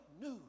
news